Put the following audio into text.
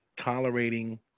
tolerating